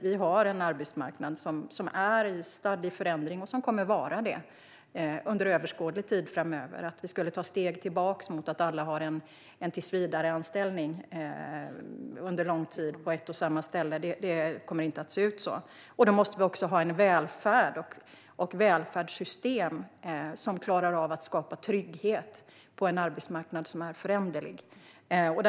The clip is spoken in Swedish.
Vi har en arbetsmarknad som är stadd i förändring, och som kommer att vara det under överskådlig tid. Det skulle vara ett steg tillbaka att alla ska ha en tillsvidareanställning på ett och samma ställe under lång tid. Det kommer inte att se ut på det sättet. Då måste vi också ha en välfärd och ett välfärdssystem som klarar av att skapa trygghet på en föränderlig arbetsmarknad.